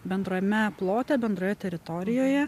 bendrame plote bendroje teritorijoje